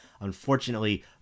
Unfortunately